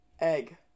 Egg